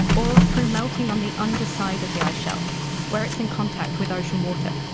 or through melting on the underside of the ice shelf where it's in contact with ocean water.